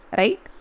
right